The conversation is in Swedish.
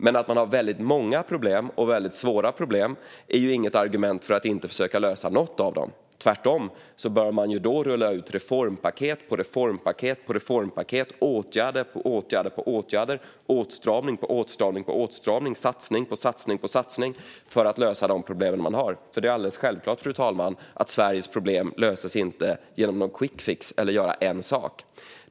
Men att man har många problem och svåra problem är inget argument för att inte försöka lösa något av dem. Tvärtom bör man då rulla ut reformpaket på reformpaket och åtgärder på åtgärder, åtstramning på åtstramning och satsning på satsning för att lösa de problem man har. Det är alldeles självklart, fru talman, att Sveriges problem inte löses genom någon quickfix eller genom att göra en sak.